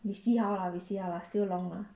we see how lah we see how lah still long lah